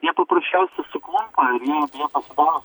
jie paprasčiausiai suklumpa ir jie jie pasidaro